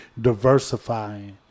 diversifying